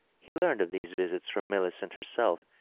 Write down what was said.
he learned of these visits from millicent. herself,